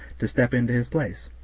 to step into his place.